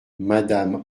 madame